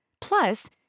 Plus